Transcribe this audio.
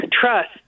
trust